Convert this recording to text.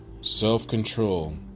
self-control